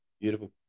Beautiful